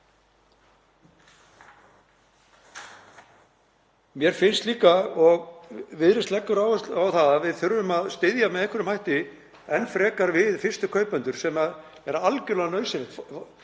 Mér finnst líka, og Viðreisn leggur áherslu á það, að við þurfum að styðja með einhverjum hætti enn frekar við fyrstu kaupendur, sem er algerlega nauðsynlegt.